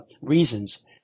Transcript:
reasons